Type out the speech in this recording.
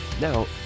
now